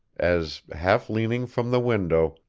as, half leaning from the window,